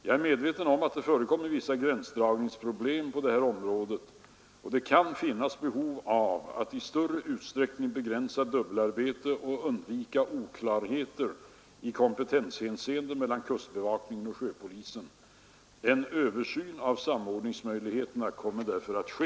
Jag är medveten om att det förekommer vissa gränsdragningsproblem på det här området och att det kan finnas behov av att i större utsträckning begränsa dubbelarbetet och undvika oklarheter i kompetenshänseende mellan kustbevakningen och sjöpolisen. En översyn av samordningsmöjligheterna kommer därför att ske.